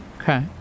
Okay